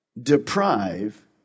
deprive